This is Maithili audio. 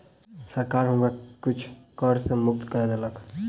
सरकार हुनका किछ कर सॅ मुक्ति दय देलक